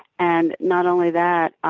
and, not only that,